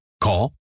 Call